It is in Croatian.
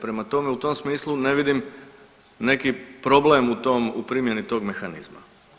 Prema tome, u tom smislu ne vidim neki problem u tom, u primjeni tog mehanizma.